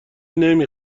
نمی